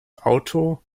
auto